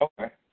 Okay